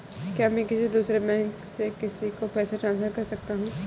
क्या मैं किसी दूसरे बैंक से किसी को पैसे ट्रांसफर कर सकता हूँ?